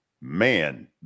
man